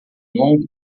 longo